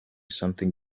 something